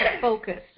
focus